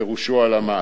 פירושו הלאמה.